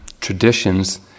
traditions